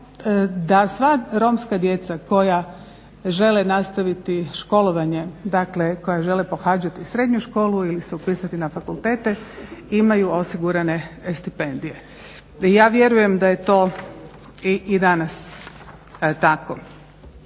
da sva Romska djeca koja žele nastaviti školovanje, dakle koja žele pohađati srednju školu ili se upisati fakultete imaju osigurane stipendije. Ja vjerujem da je to i danas tako.